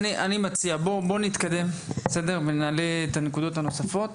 אני מציע, בואו נתקדם ונעלה את הנקודות הנוספות.